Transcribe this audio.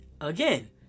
again